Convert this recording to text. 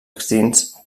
extints